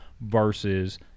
versus